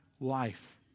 life